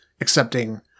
accepting